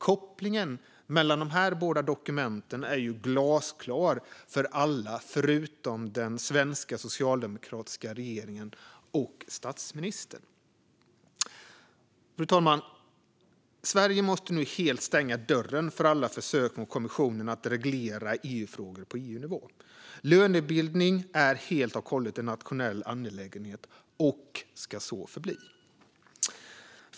Kopplingen mellan dessa båda dokument är ju glasklar för alla förutom den svenska socialdemokratiska regeringen och statsministern. Fru talman! Sverige måste nu helt stänga dörren för alla försök från kommissionen att reglera lönefrågor på EU-nivå. Lönebildning är helt och hållet en nationell angelägenhet och ska så förbli.